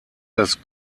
das